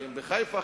חיים בחיפה,